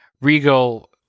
Regal